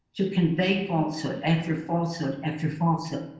to convey falsehood after falsehood after false ah